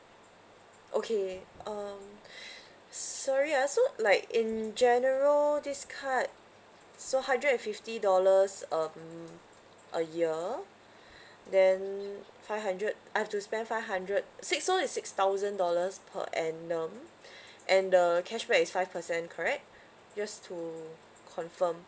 okay um sorry ah so like in general this card so hundred and fifty dollars um a year then five hundred I have to spend five hundred six so it's six thousand dollars per annum and the cashback is five percent correct just to confirm